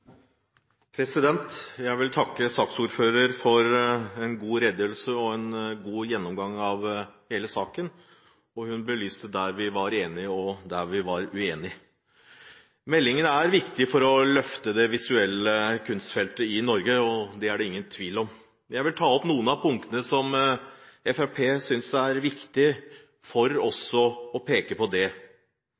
Noreg. Jeg vil takke saksordføreren for en god redegjørelse og en god gjennomgang av hele saken. Hun belyste hvor vi var enige, og hvor vi var uenige. Meldingen er viktig for å løfte det visuelle kunstfeltet i Norge – det er det ingen tvil om. Jeg vil ta opp noen av punktene som Fremskrittspartiet synes er viktig. Meldingen har gitt rom for